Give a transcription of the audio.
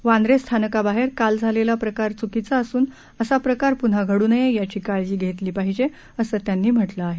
वांद्रे स्थानकाबाहेर काल झालेला प्रकार चुकीचा असून असा प्रकार पुन्हा घडू नये याची काळजी घेतली पाहिजे असं त्यांनी म्हटलं आहे